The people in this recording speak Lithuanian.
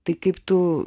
tai kaip tu